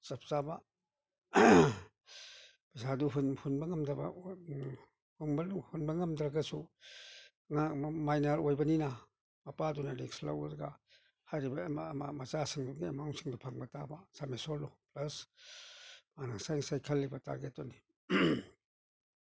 ꯆꯞ ꯆꯥꯕ ꯄꯩꯁꯥꯗꯨ ꯍꯨꯟꯕ ꯉꯝꯗꯕ ꯍꯨꯟꯕ ꯉꯝꯗ꯭ꯔꯒꯁꯨ ꯃꯥꯏꯅꯔ ꯑꯣꯏꯕꯅꯤꯅ ꯃꯄꯥꯗꯨꯅ ꯔꯤꯛꯁ ꯂꯧꯔꯒ ꯍꯥꯏꯔꯤꯕ ꯃꯆꯥꯁꯤꯡꯗꯨꯒꯤ ꯑꯦꯃꯥꯎꯟꯁꯤꯡꯗꯣ ꯐꯪꯕ ꯇꯥꯕ ꯄ꯭ꯂꯁ ꯃꯥꯅ ꯉꯁꯥꯏ ꯈꯜꯂꯤꯕ ꯇꯥꯔꯖꯦꯠꯇꯨꯅꯤ